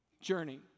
journey